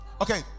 okay